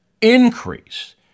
increase